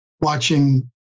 watching